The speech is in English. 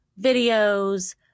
videos